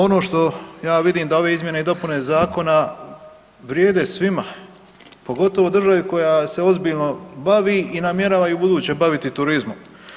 Ono što ja vidim da ove izmjene i dopune zakona vrijede svima pogotovo državi koja se ozbiljno bavi i namjerava i u buduće baviti turizmom.